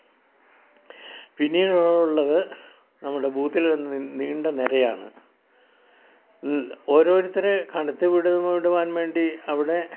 പിന്നീട് ഉള്ളത് നമ്മുടെ ബൂത്തിലെ നീണ്ട നിരയാണ് ഓരോരുത്തരെ കടത്തി വിടുവാൻ വേണ്ടി അവിടെ